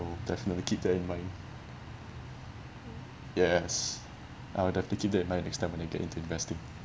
definitely keep that in mind yes I'll definitely keep that in mind next time when I get into investing